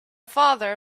father